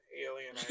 alien